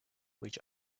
which